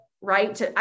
right